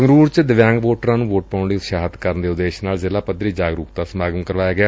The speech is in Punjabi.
ਸੰਗਰੂਰ ਚ ਦਿਵਿਆਂਗ ਵੋਟਰਾਂ ਨੂੰ ਵੋਟ ਪਾਉਣ ਲਈ ਉਤਸ਼ਾਹਿਤ ਕਰਨ ਦੇ ਉਦੇਸ਼ ਨਾਲ ਜ਼ਿਲ੍ਹਾ ਪੱਧਰੀ ਜਾਗਰੂਕਤਾ ਸਮਾਗਮ ਕਰਵਾਇਆ ਗਿਆ